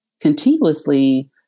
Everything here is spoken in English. continuously